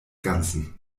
ganzen